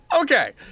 Okay